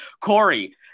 Corey